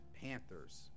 Panthers